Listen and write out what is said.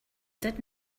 did